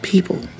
People